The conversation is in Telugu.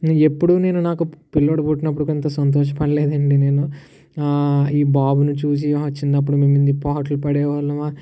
ఎప్పుడు నేను నాకు పిల్లోడు పుట్టినప్పుడు ఇంత సంతోష పడలేడు అండి నేను ఈ బాబుని చూసి చిన్నప్పుడు మేము ఇన్ని పాటులు పడేవాళ్ళమా